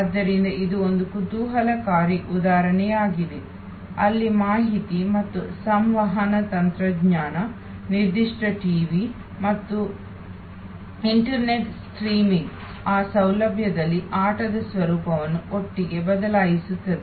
ಆದ್ದರಿಂದ ಇದು ಒಂದು ಕುತೂಹಲಕಾರಿ ಉದಾಹರಣೆಯಾಗಿದೆ ಅಲ್ಲಿ ಮಾಹಿತಿ ಮತ್ತು ಸಂವಹನ ತಂತ್ರಜ್ಞಾನ ನಿರ್ದಿಷ್ಟ ಟಿವಿ ಮತ್ತು ಇಂಟರ್ನೆಟ್ ಸ್ಟ್ರೀಮಿಂಗ್ ಆ ಸೌಲಭ್ಯಗಳಲ್ಲಿ ಆಟದ ಸ್ವರೂಪವನ್ನು ಒಟ್ಟಿಗೆ ಬದಲಾಯಿಸುತ್ತದೆ